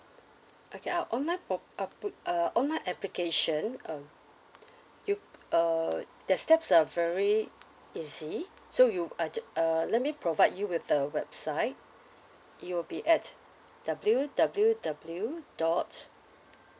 okay our online pro~ uh put~ uh online application um you uh their steps are very easy so you I just err let me provide you with the website you will be at W W W dot